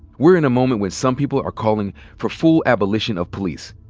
we're in a moment when some people are calling for full abolition of police,